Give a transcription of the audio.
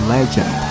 Legend